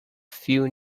few